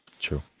true